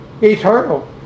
Eternal